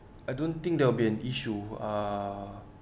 I don't think there will be an issue uh